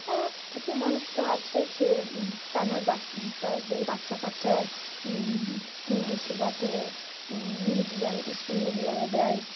হ্যাঁ কিছু মানুষ তো আছে যে তানার বা তাদের বাচ্চা কাচ্চার হিন্দি শেখাতে মিডিয়ামে স্কুল মিডিয়ামে দেয়